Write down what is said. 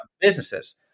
businesses